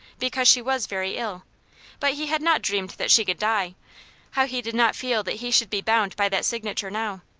because she was very ill but he had not dreamed that she could die how he did not feel that he should be bound by that signature now.